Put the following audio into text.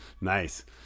Nice